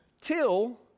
till